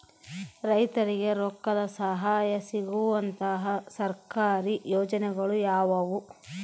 ರೈತರಿಗೆ ರೊಕ್ಕದ ಸಹಾಯ ಸಿಗುವಂತಹ ಸರ್ಕಾರಿ ಯೋಜನೆಗಳು ಯಾವುವು?